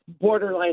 borderline